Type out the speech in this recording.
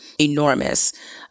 enormous